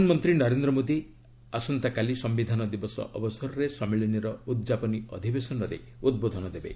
ପ୍ରଧାନମନ୍ତ୍ରୀ ନରେନ୍ଦ୍ର ମୋଦୀ ଆସନ୍ତାକାଲି ସମ୍ଭିଧାନ ଦିବସ ଅବସରରେ ସମ୍ମିଳନୀର ଉଦ୍ଯାପନୀ ଅଧିବେଶନରେ ଉଦ୍ବୋଧନ ଦେବେ